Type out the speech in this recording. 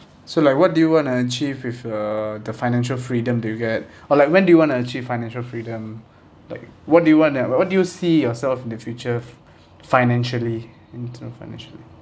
so like what do you want to achieve with uh the financial freedom do you get or like when do you want to achieve financial freedom like what do you want that what do you see yourself in the future financially internal financially